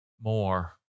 more